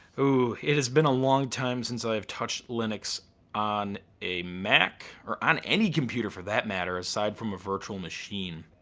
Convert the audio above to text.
ooh, it has been a long time since i've touched linux on a mac or on any computer for that matter aside from a virtual machine.